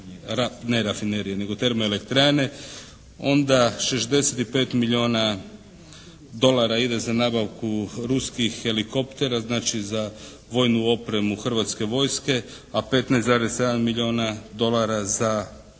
ne rafinerije nego termoelektrane. Onda 65 milijuna dolara ide za nabavku ruskih helikoptera, znači za vojnu opremu Hrvatske vojske, a 15,7 milijuna dolara za